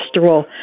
cholesterol